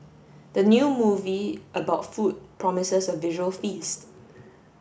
the new movie about food promises a visual feast